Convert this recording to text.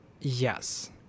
Yes